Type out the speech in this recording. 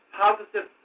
positive